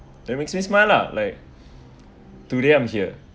that makes me smile lah like today I'm here